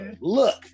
Look